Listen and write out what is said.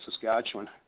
Saskatchewan